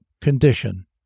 condition